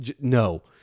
no